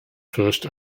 first